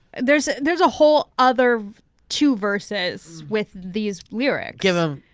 there's there's a whole other two verses with these lyrics. give em.